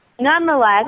nonetheless